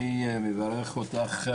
אני מברך אותך,